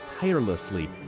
tirelessly